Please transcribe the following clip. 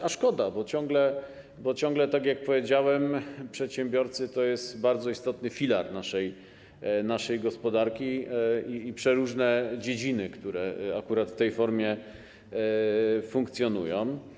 A szkoda, bo ciągle, tak jak powiedziałem, przedsiębiorcy to bardzo istotny filar naszej gospodarki - i przeróżne dziedziny, które akurat w tej formie funkcjonują.